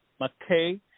McKay